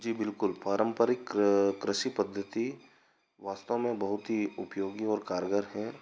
जी बिल्कुल पारंपरिक कृषि पद्धति वास्तव में बहुत ही उपयोगी और कारगर है